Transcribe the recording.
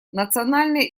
национальная